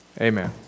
Amen